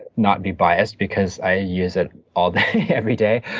not be biased, because i use it all day every day.